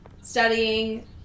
studying